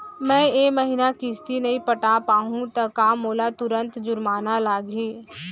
मैं ए महीना किस्ती नई पटा पाहू त का मोला तुरंत जुर्माना लागही?